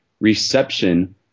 reception